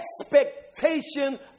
expectation